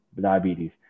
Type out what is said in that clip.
diabetes